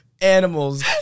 animals